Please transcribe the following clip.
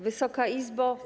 Wysoka Izbo!